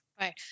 Right